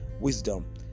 Wisdom